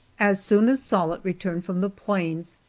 as soon as sollitt returned from the plains,